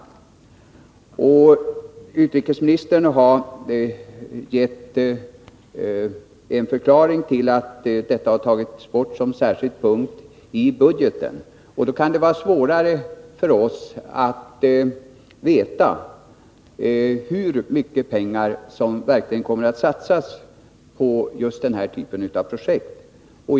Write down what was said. Utrikesministern har gett en förklaring till att detta har tagits bort som särskild punkt i budgeten. Men det kan, när detta gjorts, vara svårare för oss att veta hur mycket pengar som verkligen kommer att satsas på just den här typen av projekt.